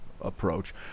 approach